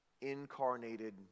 incarnated